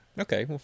Okay